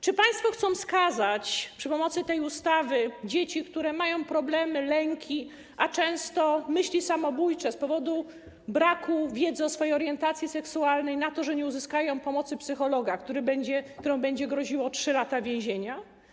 Czy państwo chcą skazać przy pomocy tej ustawy dzieci, które mają problemy, lęki, często myśli samobójcze z powodu braku wiedzy o swojej orientacji seksualnej, na to, że nie uzyskają pomocy psychologa, któremu będzie groziła kara 3 lat więzienia?